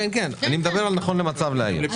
כן, כן, אני מדבר על המצב נכון להיום.